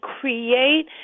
create